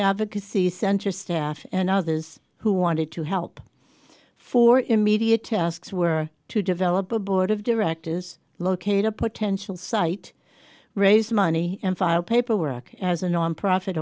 advocacy center staff and others who wanted to help for immediate tasks were to develop a board of directors located a potential site raise money and file paperwork as a nonprofit